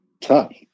tough